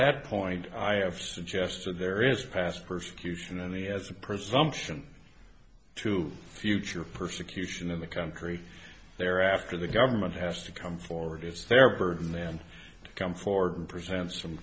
that point i have suggested there is past persecution and the as a presumption to future persecution in the country there after the government has to come forward as thurber and then come forward and present some